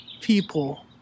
people